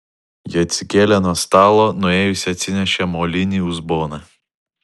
ji atsikėlė nuo stalo nuėjusi atsinešė molinį uzboną